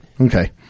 Okay